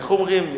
איך אומרים?